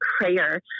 prayer